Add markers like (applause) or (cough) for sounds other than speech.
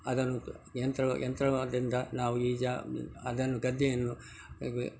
ಅದನ್ನು ಯಂತ್ರ ಯಂತ್ರದಿಂದ ನಾವು ಈ ಜಾ ಅದನ್ನು ಗದ್ದೆಯನ್ನು (unintelligible)